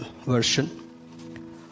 Version